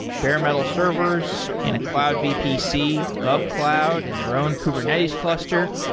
bare metal servers in a cloud vpc, govcloud and their own kubernetes cluster,